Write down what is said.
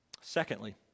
Secondly